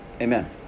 Amen